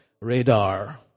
radar